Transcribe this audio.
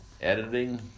editing